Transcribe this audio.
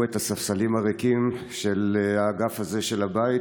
את הספסלים הריקים של האגף הזה של הבית,